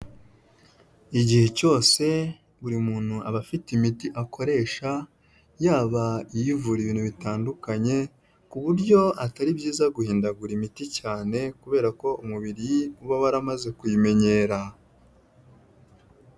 Igihe cyose buri muntu aba afite imiti akoresha yaba ivura ibintu bitandukanye ku buryo atari byiza guhindagura imiti cyane kubera ko umubiri uba waramaze kuyimenyera.